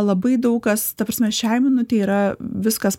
labai daug kas ta prasme šiai minutei yra viskas